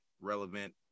relevant